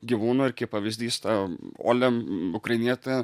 gyvūną ir pavyzdys tą uolia ukrainietė